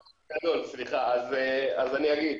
אז אני אגיד.